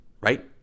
right